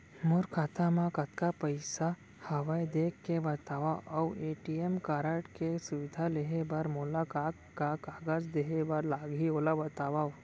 मोर खाता मा कतका पइसा हवये देख के बतावव अऊ ए.टी.एम कारड के सुविधा लेहे बर मोला का का कागज देहे बर लागही ओला बतावव?